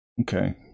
Okay